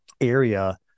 area